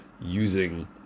using